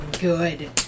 good